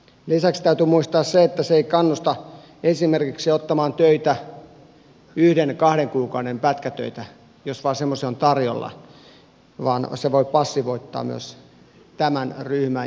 lisäksi täytyy muistaa se että se ei kannusta esimerkiksi ottamaan töitä yhden kahden kuukauden pätkätöitä jos vain semmoisia on tarjolla vaan se voi passivoittaa myös tämän ryhmän